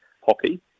hockey